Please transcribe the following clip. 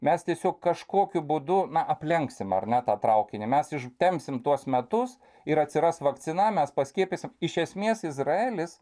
mes tiesiog kažkokiu būdu na aplenksim ar ne tą traukinį mes ištempsim tuos metus ir atsiras vakcina mes paskiepysim iš esmės izraelis